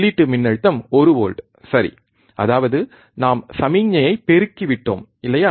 உள்ளீட்டு மின்னழுத்தம் ஒரு வோல்ட் சரி அதாவது நாம் சமிக்ஞையை பெருக்கிவிட்டோம் இல்லையா